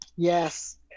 yes